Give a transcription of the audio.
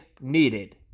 needed